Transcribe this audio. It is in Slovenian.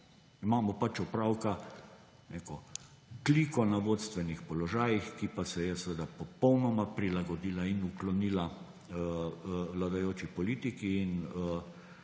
Imamo pač opravka z neko kliko na vodstvenih položajih, ki pa se je seveda popolnoma prilagodila in uklonila vladajoči politiki in